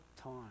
time